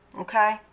Okay